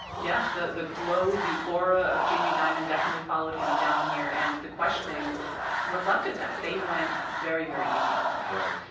yes. the the glow, the aura of jamie dimon definitely followed him down here, and the questioning reflected that. they went very, very easy on him right.